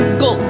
go